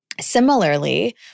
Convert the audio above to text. Similarly